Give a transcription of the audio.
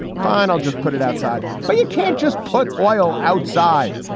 fine. i'll just put it outside. but you can't just put oil outside.